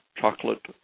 chocolate